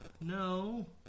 No